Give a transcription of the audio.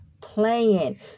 playing